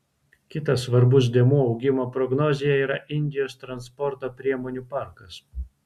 kitas svarbus dėmuo augimo prognozėje yra indijos transporto priemonių parkas